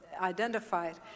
identified